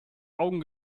augen